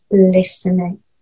Listening